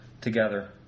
together